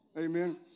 Amen